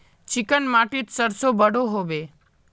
Chicken माटित सरसों बढ़ो होबे?